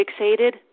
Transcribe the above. fixated